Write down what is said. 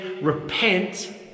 Repent